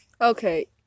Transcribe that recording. Okay